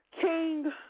king